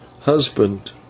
Husband